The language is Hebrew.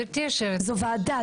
זאת ועדה,